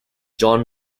john